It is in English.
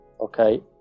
Okay